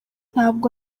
ntabwo